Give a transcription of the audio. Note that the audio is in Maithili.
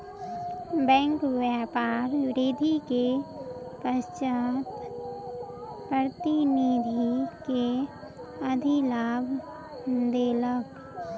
बैंक व्यापार वृद्धि के पश्चात प्रतिनिधि के अधिलाभ देलक